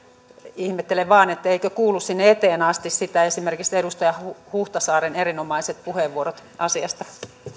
ihmettelen vain eivätkö kuulu sinne eteen asti esimerkiksi edustaja huhtasaaren erinomaiset puheenvuorot asiasta